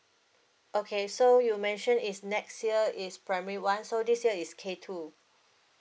okay so you mentioned is next year is primary one so this year is K two